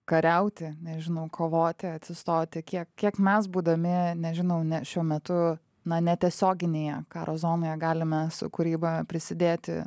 kariauti nežinau kovoti atsistoti kiek kiek mes būdami nežinau ne šiuo metu na netiesioginėje karo zonoje galime su kūryba prisidėti